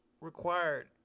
required